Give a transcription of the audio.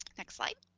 next slide.